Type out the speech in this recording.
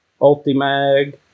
Ultimag